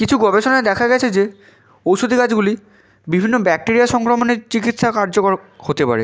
কিছু গবেষণায় দেখা গেছে যে ঔষধি গাছগুলি বিভিন্ন ব্যাকটেরিয়া সংক্রমণের চিকিৎসা কার্যকর হতে পারে